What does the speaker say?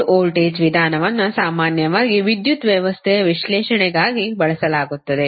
ನೋಡ್ ವೋಲ್ಟೇಜ್ ವಿಧಾನವನ್ನು ಸಾಮಾನ್ಯವಾಗಿ ವಿದ್ಯುತ್ ವ್ಯವಸ್ಥೆಯ ವಿಶ್ಲೇಷಣೆಗಾಗಿ ಬಳಸಲಾಗುತ್ತದೆ